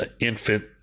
infant